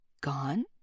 gone